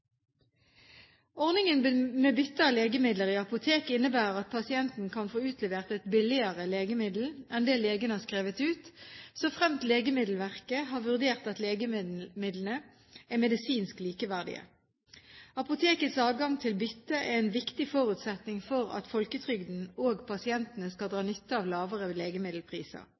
Ordningen med bytte av legemidler i apotek innebærer at pasienten kan få utlevert et billigere legemiddel enn det legen har skrevet ut, såfremt Legemiddelverket har vurdert at legemidlene er medisinsk likeverdige. Apotekets adgang til bytte er en viktig forutsetning for at folketrygden og pasientene skal dra nytte av lavere legemiddelpriser.